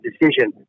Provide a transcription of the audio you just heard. decision